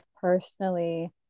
personally